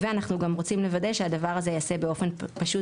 ואנחנו גם רוצים לוודא שהדבר הזה ייעשה באופן פשוט